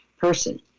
person